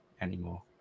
anymore